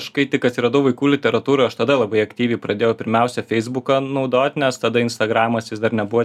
aš kai tik atsiradau vaikų literatūroj aš tada labai aktyviai pradėjau pirmiausia feisbuką naudot nes tada instagramas jis dar nebuvo